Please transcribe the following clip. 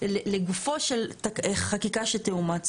לגופו של חקיקה שתאומץ.